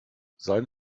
sein